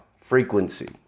frequency